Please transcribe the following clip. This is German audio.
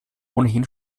ohnehin